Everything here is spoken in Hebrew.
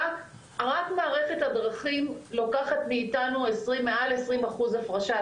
רק מערכת הדרכים לוקחת מאיתנו מעל 20% הפרשה,